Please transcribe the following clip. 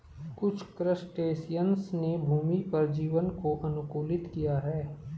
कुछ क्रस्टेशियंस ने भूमि पर जीवन को अनुकूलित किया है